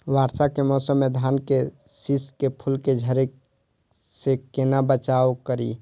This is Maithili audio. वर्षा के मौसम में धान के शिश के फुल के झड़े से केना बचाव करी?